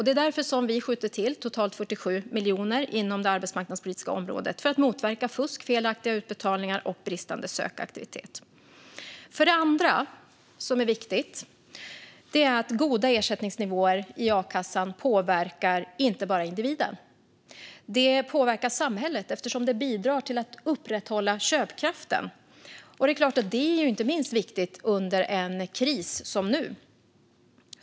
Det är därför som vi skjuter till totalt 47 miljoner inom det arbetsmarknadspolitiska området för att motverka fusk, felaktiga utbetalningar och bristande sökaktivitet. För det andra är det viktigt att ha goda ersättningsnivåer i a-kassan. Det påverkar inte bara individen. Det påverkar samhället, eftersom det bidrar till att upprätthålla köpkraften. Det är klart att det är inte minst viktigt under en kris som nu.